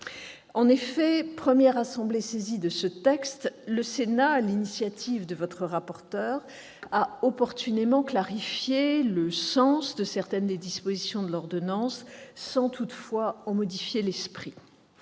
En effet, première assemblée saisie de ce texte, le Sénat, sur l'initiative de son rapporteur, a opportunément clarifié le sens de certaines dispositions de l'ordonnance, sans toutefois en modifier l'esprit.